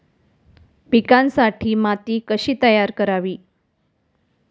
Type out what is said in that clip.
पिकांसाठी माती कशी तयार करावी?